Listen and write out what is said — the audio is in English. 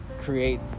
create